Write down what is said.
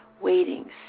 waiting